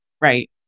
right